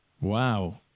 Wow